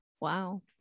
wow